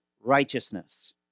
righteousness